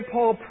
Paul